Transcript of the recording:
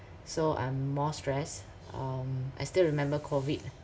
so I'm more stressed um I still remember COVID